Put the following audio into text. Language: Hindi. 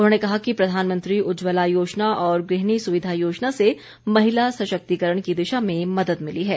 उन्होंने कहा कि प्रधानमंत्री उज्जवला योजना और गृहिणी सुविधा योजना से महिला सशक्तिकरण की दिशा में मदद मिली है